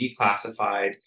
declassified